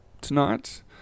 tonight